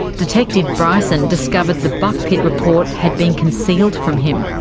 detective bryson discovered the buckpitt report had been concealed from him.